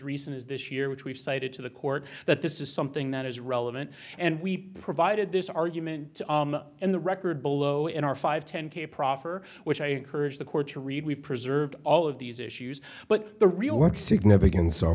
recent as this year which we've cited to the court that this is something that is relevant and we provided this argument in the record below in our five ten k proffer which i encourage the courts read we preserve all of these issues but the real work significance are